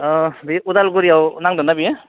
बे उदालगुरियाव नांदोंना बियो